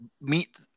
meet